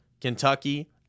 Kentucky